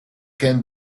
can